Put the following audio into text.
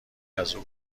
ازاو